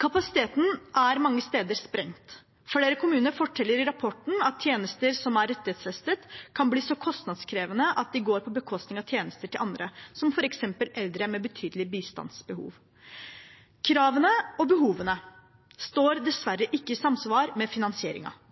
Kapasiteten er sprengt mange steder. Flere kommuner forteller i rapporten at tjenester som er rettighetsfestet, kan bli så kostnadskrevende at de går på bekostning av tjenester til andre, f.eks. eldre med betydelig bistandsbehov. Kravene og behovene står dessverre ikke i